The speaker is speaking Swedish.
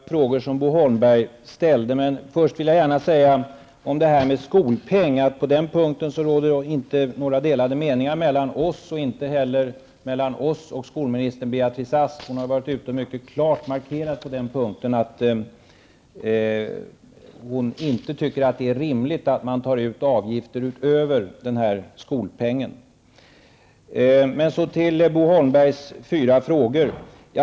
Herr talman! Låt mig kommentera de fyra frågor som Bo Holmberg ställde. Men först vill jag gärna säga när det gäller detta med skolpeng, att på den punkten råder det inte några delade meningar mellan oss. Det råder inte heller några delade meningar mellan oss och skolminister Beatrice Ask. På den punkten har hon varit ute och mycket klart markerat att hon inte tycker att det är rimligt att man tar ut avgifter utöver den här skolpengen. Så till Bo Holmbergs fyra frågor.